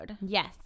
Yes